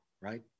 right